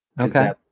Okay